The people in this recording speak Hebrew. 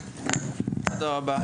תודה רבה.